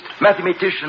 mathematician